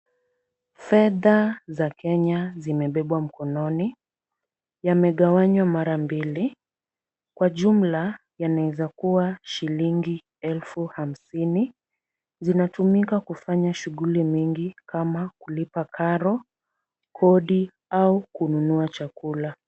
Fedha za Kenya zimebebwa mkononi. Yamegawanywa mara mbili. Kwa jumla yanaweza kuwa shilingi elfu hamsini. Zinatumika kufanya shughuli mingi kama kulipa karo, kodi au kununua chakula.